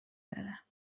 داره